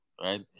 right